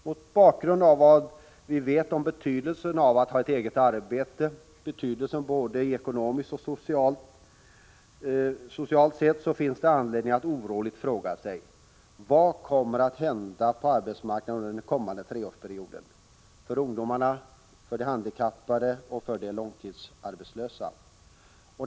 Mot bakgrund av vad vi vet om betydelsen av att ha ett eget arbete, både ekonomiskt och socialt, finns det anledning att oroligt fråga sig: Vad kommer att hända på arbetsmarknaden under den kommande treårsperioden, för ungdomarna, för de handikappade och för de långtidsarbetslösa?